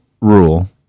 rule